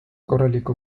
korralikku